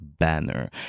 banner